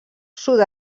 sud